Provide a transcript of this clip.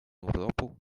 urlopu